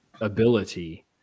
ability